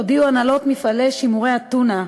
הודיעו הנהלות מפעלי שימורי הטונה,